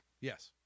Yes